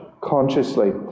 consciously